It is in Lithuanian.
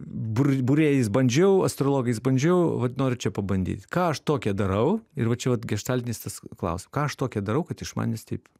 būr būrėjais bandžiau astrologais bandžiau vat noriu čia pabandyt ką aš tokią darau ir va čia vat geštaltinis tas klaus ką aš tokio darau kad iš manęs taip